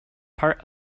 part